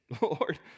Lord